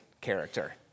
character